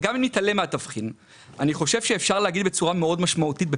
שגם ישראכרט עומדת לעבור יד או כבר עברה יד,